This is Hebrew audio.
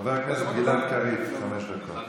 הכנסת גלעד קריב, חמש דקות.